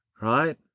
right